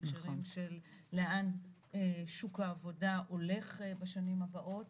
בהקשרים של לאן שוק העבודה הולך בשנים הבאות.